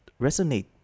resonate